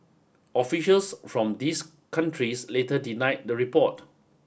officials from these countries later denied the report